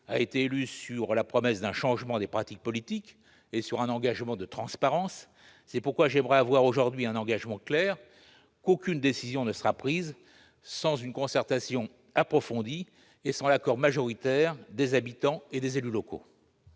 a été élue sur la promesse d'un changement des pratiques politiques et sur un engagement de transparence. C'est pourquoi j'aimerais obtenir aujourd'hui l'engagement clair qu'aucune décision ne sera prise sans concertation approfondie et sans l'accord majoritaire des habitants et des élus locaux.